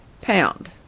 pound